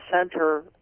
center